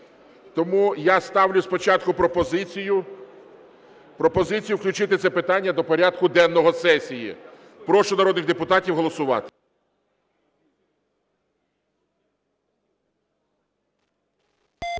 Тому я ставлю спочатку пропозицію включити це питання до порядку денного сесії. Прошу народних депутатів голосувати.